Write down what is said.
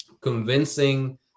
convincing